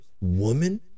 woman